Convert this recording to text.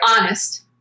honest